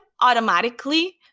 automatically